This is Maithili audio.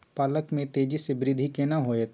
पालक में तेजी स वृद्धि केना होयत?